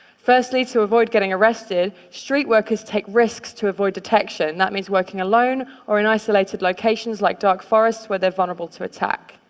firstly, to avoid getting arrested, street workers take risks to avoid detection, and that means working alone or in isolated locations like dark forests where they're vulnerable to attack.